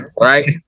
Right